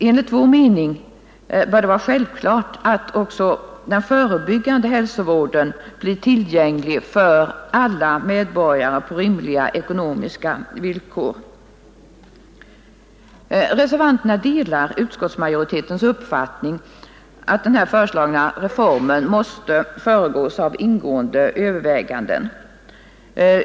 Enligt vår mening bör det vara självklart att också den förebyggande hälsovården blir tillgänglig för alla medborgare på rimliga ekonomiska villkor. Reservanterna delar utskottsmajoritetens uppfattning att den här föreslagna reformen måste föregås av ingående överväganden.